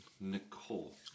Nicole